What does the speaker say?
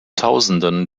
tausenden